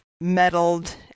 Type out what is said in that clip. meddled